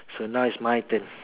so is now my turn